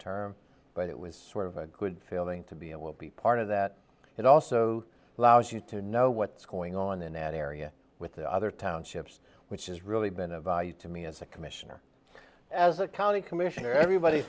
term but it was sort of a good feeling to be it will be part of that it also allows you to know what's going on in that area with the other townships which is really been a value to me as a commissioner as a county commissioner everybody